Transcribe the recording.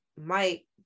Mike